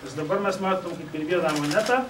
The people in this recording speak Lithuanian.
nes dabar mes matom kaip ir vieną monetą